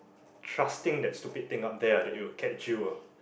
trusting that stupid thing up there ah that it will catch you ah